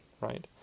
right